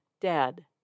dead